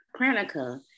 Pranica